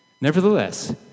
Nevertheless